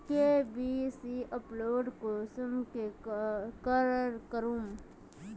KYC update कुंसम करे करूम?